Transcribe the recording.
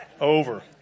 over